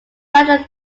paternal